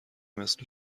مثل